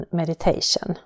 Meditation